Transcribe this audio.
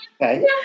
Okay